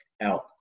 out